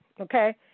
okay